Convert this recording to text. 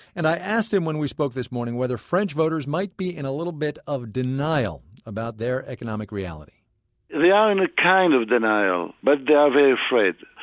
and i asked him when we spoke this morning whether french voters might be in a little bit of denial about their economic reality they are in ah kind of denial, but they are very afraid,